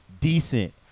decent